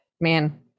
Man